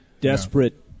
desperate